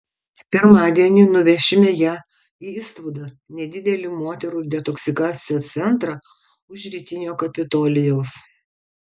pirmadienį nuvešime ją į istvudą nedidelį moterų detoksikacijos centrą už rytinio kapitolijaus